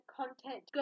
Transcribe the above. content